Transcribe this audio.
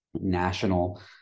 national